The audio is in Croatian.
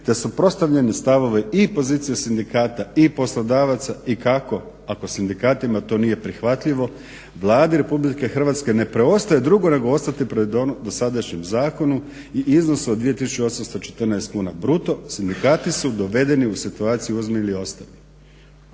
te su … stavovi i pozicije sindikata i poslodavaca i kako ako sindikatima to nije prihvatljivo Vladi Republike Hrvatske ne preostaje drugo nego ostati pri dosadašnjem zakonu i iznosu od 2814 kuna bruto, sindikati su dovedeni u situaciju uzmi ili ostavi,